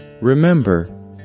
Remember